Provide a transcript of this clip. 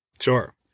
Sure